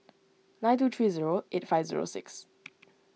nine two three zero eight five zero six